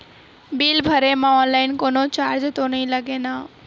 Bill भरे मा online कोनो चार्ज तो नई लागे ना?